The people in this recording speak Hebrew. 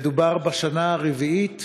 מדובר בשנה הרביעית